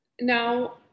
now